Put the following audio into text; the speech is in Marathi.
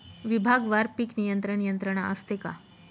विभागवार पीक नियंत्रण यंत्रणा असते का?